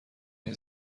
این